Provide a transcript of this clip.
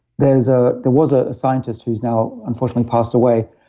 there was ah there was ah a scientist who's now unfortunately passed away,